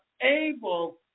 able